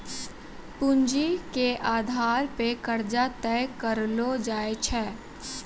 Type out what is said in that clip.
पूंजी के आधार पे कर्जा तय करलो जाय छै